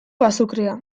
azukrea